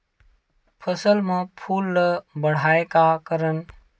फसल म फूल ल बढ़ाय का करन?